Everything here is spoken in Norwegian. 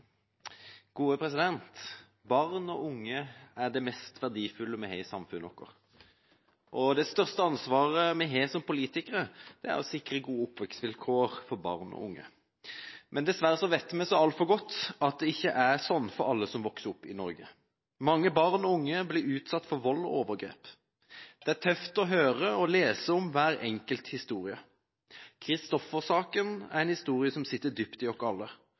gode oppvekstvilkår for barn og unge. Men dessverre vet vi så altfor godt at det ikke er sånn for alle som vokser opp i Norge. Mange barn og unge blir utsatt for vold og overgrep. Det er tøft å høre og lese om hver enkelt historie. Christoffer-saken er en historie som sitter dypt i oss alle,